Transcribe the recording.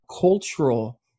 cultural